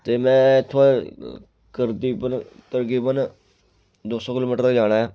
ते में इत्थुआं करदीबन त्रकबन दो सौ किलो मीटर दा जाना ऐ